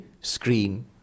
screen